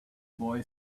boy